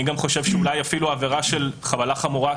אני חושב שאולי אפילו עבירה של חבלה חמורה,